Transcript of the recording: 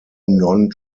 non